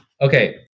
Okay